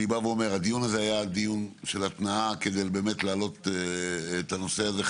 אני בא ואומר שהדיון הזה היה דיון של התנעה כדי להעלות את הנושא הזה.